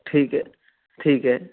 ਠੀਕ ਹੈ ਠੀਕ ਹੈ